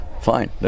Fine